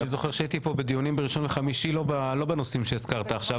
אני זוכר שהייתי פה בדיונים בראשון וחמישי לא בנושאים שהזכרת עכשיו,